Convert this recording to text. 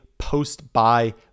post-buy